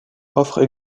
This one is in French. offrent